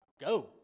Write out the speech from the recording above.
Go